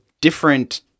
different